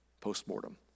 post-mortem